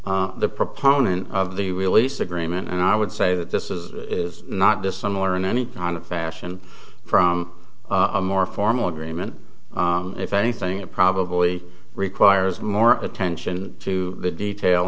the proponent of the release agreement and i would say that this is not dissimilar in any kind of fashion from a more formal agreement if anything it probably requires more attention to detail